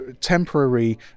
temporary